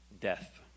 death